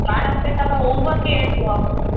બાળકને તમે હોમવર્કેય એટલું આપો છો